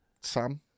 Sam